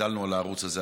גדלנו על הערוץ הזה,